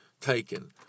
taken